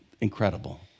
incredible